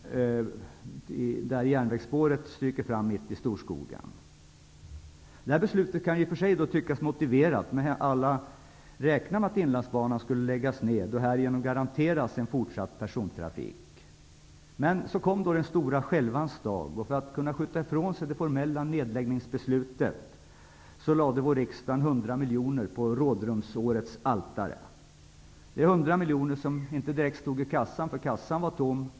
Järnvägsspåret stryker fram mitt i storskogen. Beslutet att investera i busstrafik kan tyckas motiverat, då alla räknade med att Inlandsbanan skulle läggas ned. Härigenom skulle en fortsatt persontrafik garanteras. Men så kom den stora skälvans dag, och för att kunna skjuta ifrån sig det formella nedläggningsbeslutet, lade vår riksdag hundra miljoner på rådrumsårets altare. Det är hundra miljoner som inte direkt togs ur kassan, för kassan var tom.